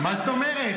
מה זאת אומרת?